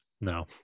No